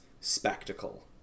spectacle